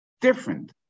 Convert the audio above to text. different